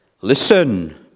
Listen